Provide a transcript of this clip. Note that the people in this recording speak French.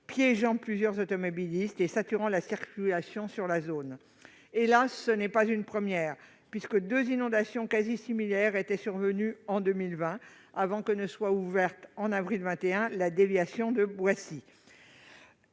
piégeant plusieurs automobilistes et saturant la circulation sur cette zone. Hélas, ce n'est pas une première, puisque deux inondations quasiment similaires étaient survenues en 2020, avant que ne soit ouverte, en avril 2021, la déviation de